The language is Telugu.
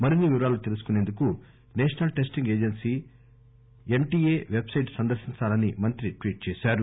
మరిన్సి వివరాలు తెలుసుకునేందుకు national testing agency NTA website సందర్నించాలని మంత్రి ట్వీట్ చేశారు